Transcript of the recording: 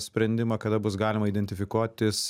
sprendimą kada bus galima identifikuotis